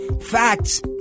facts